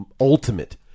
ultimate